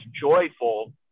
joyful